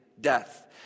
death